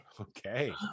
okay